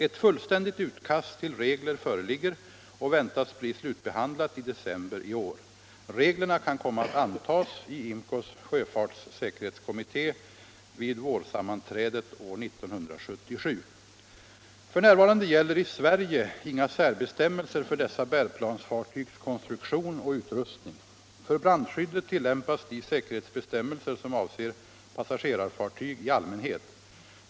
Ett fullständigt utkast till regler föreligger och väntas bli slutbehandlat i december i år. Reglerna kan komma att antas i IMCO:s sjöfartssäkerhetskommitté vid vårsammanträdet år 1977. F.n. gäller i Sverige inga särbestämmelser för dessa bärplansfartygs konstruktion och utrustning. För brandskyddet tillämpas de säkerhetsbestämmelser som avser passagerarfartyg i allmänhet.